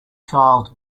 child